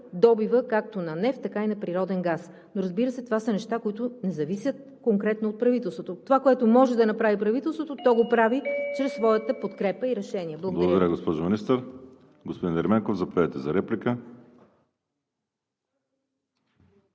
добива както на нефт, така и на природен газ. Но, разбира се, това са неща, които не зависят конкретно от правителството. Това, което може да направи правителството, то го прави чрез своята подкрепа и решения. Благодаря. ПРЕДСЕДАТЕЛ ВАЛЕРИ СИМЕОНОВ: Благодаря, госпожо Министър. Господин Ерменков, заповядайте за реплика.